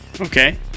Okay